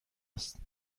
است